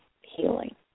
healing